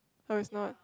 oh it's not